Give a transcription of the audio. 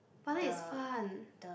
but then it's fun